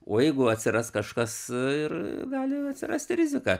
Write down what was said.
o jeigu atsiras kažkas ir gali atsirasti rizika